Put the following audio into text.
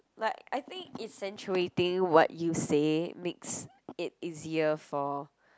but I think accentuating what you say makes it easier for